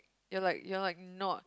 you're like you're like not